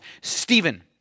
Stephen